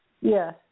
Yes